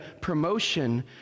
promotion